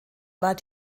war